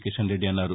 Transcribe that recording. కిషన్ రెడ్డి అన్నారు